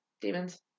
demons